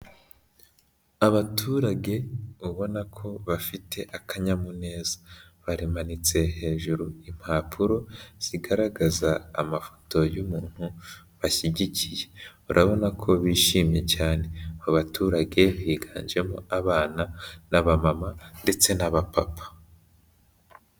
Abaturage ubona ko bafite akanyamuneza, bamanitse hejuru impapuro zigaragaza amafoto y'umuntu bashyigikiye. Urabona ko bishimye cyane, abo baturage higanjemo abana n'abamama ndetse n'abapapa.